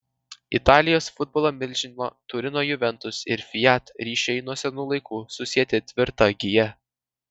italijos futbolo milžino turino juventus ir fiat ryšiai nuo senų laikų susieti tvirta gija